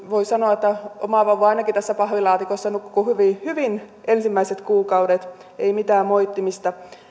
voi sanoa että oma vauva ainakin tässä pahvilaatikossa nukkui hyvin hyvin ensimmäiset kuukaudet ei mitään moittimista